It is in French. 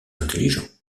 intelligent